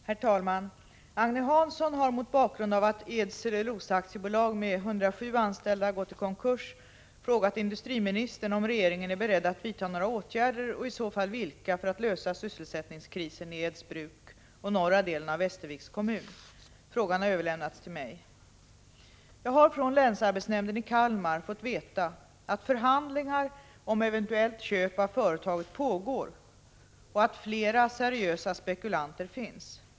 Herr talman! Agne Hansson har, mot bakgrund av att Eds Cellulosa AB med 107 anställda gått i konkurs, frågat industriministern om regeringen är beredd att vidta några åtgärder, och i så fall vilka, för att lösa sysselsättningskrisen i Edsbruk och norra delen av Västerviks kommun. Frågan har överlämnats till mig. 29 Jag har från länsarbetsnämnden i Kalmar fått veta att förhandlingar om eventuellt köp av företaget pågår och att flera seriösa spekulanter finns.